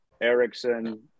Erickson